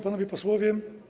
Panowie Posłowie!